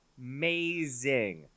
amazing